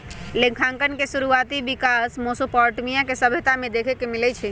लेखांकन के शुरुआति विकास मेसोपोटामिया के सभ्यता में देखे के मिलइ छइ